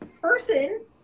person